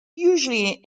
usually